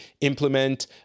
implement